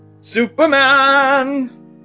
Superman